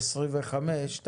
את